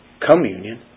communion